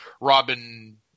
robin